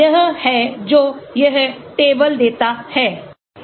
यह है जो यह टेबल देता है